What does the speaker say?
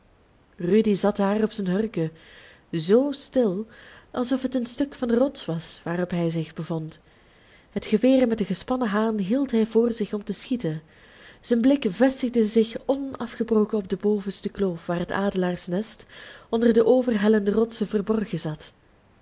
rudy zat daar op zijn hurken zoo stil alsof het een stuk van de rots was waarop hij zich bevond het geweer met den gespannen haan hield hij voor zich om te schieten zijn blik vestigde zich onafgebroken op de bovenste kloof waar het adelaarsnest onder de overhellende rotsen verborgen zat